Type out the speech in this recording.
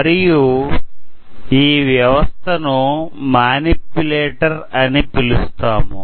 మరియు ఈ వ్యవస్థను మానిప్యులేటర్ అని పిలుస్తాము